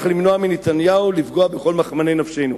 למנוע מנתניהו לפגוע בכל מכמני נפשנו.